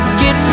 get